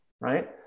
right